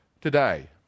Today